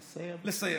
לסיים.